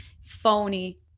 Phony